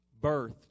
birthed